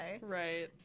Right